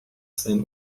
seinen